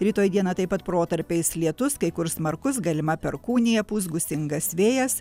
rytoj dieną taip pat protarpiais lietus kai kur smarkus galima perkūnija pūs gūsingas vėjas